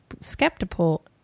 skeptical